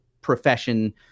profession